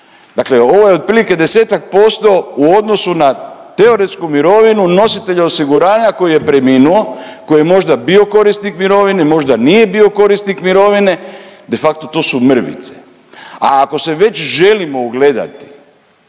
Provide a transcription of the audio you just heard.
dakle ovo je otprilike 10-tak posto u odnosu na teoretsku mirovinu nositelja osiguranja koji je preminuo, koji je možda bio korisnik mirovine, možda nije bio korisnik mirovine, de facto to su mrvice. A ako se već želimo ugledati